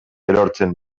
erortzen